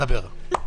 דבר.